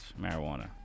marijuana